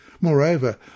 Moreover